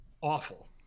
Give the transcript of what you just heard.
awful